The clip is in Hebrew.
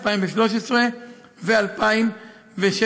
2013 ו-2016,